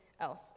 else